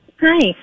Hi